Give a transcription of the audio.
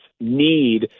need